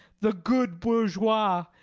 the good bourgeois.